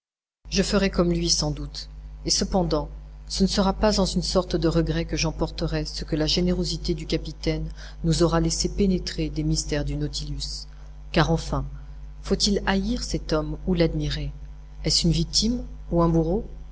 je ferai comme lui sans doute et cependant ce ne sera pas sans une sorte de regret que j'emporterai ce que la générosité du capitaine nous aura laissé pénétrer des mystères du nautilus car enfin faut-il haïr cet homme ou l'admirer est-ce une victime ou un bourreau